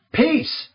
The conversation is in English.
peace